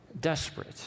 desperate